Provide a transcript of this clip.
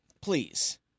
Please